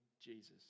Jesus